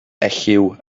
elliw